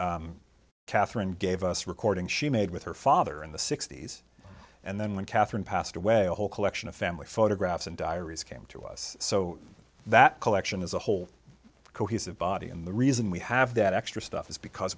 katherine gave us recording she made with her father in the sixty's and then when katherine passed away a whole collection of family photographs and diaries came to us so that collection is a whole cohesive body and the reason we have that extra stuff is because